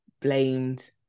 blamed